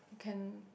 can